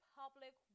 public